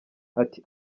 ati